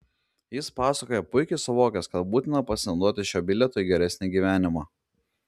jis pasakoja puikiai suvokęs kad būtina pasinaudoti šiuo bilietu į geresnį gyvenimą